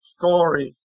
stories